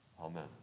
Amen